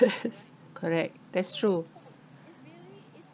correct that's true